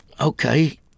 okay